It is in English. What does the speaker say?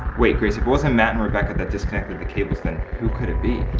wait grace, if it wasn't matt and rebecca that disconnected the cables, then who could it be?